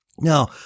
Now